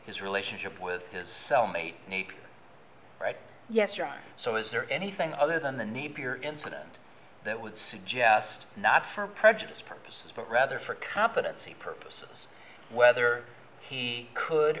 his relationship with his cellmate right yes you're right so is there anything other than the need incident that would suggest not for prejudice purposes but rather for competency purposes whether he could